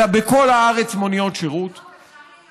אלא מוניות שירות בכל הארץ,